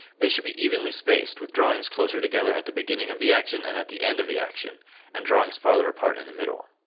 they should be evenly spaced with drawings closer together at the beginning of the action and at the end of the action and drawings farther apart in the middle.